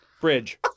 Bridge